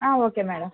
okay madam